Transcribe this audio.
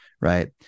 right